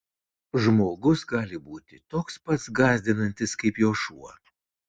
žmogus gali būti toks pats gąsdinantis kaip juo šuo